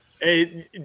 Hey